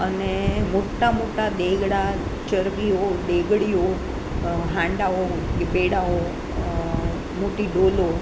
અને મોટા મોટા દેઘડા ચરબીઓ દેઘડીઓ હાંડાઓ કે બેડાઓ મોટી ડોલો